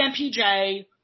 MPJ